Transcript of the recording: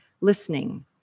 listening